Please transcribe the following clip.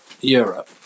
Europe